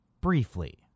Briefly